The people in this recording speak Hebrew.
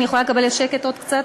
אני יכולה לקבל שקט עוד קצת?